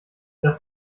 das